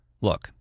Look